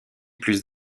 plus